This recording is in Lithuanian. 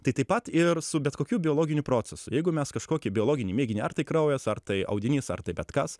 tai taip pat ir su bet kokiu biologiniu procesu jeigu mes kažkokį biologinį mėginį ar tai kraujas ar tai audinys ar tai bet kas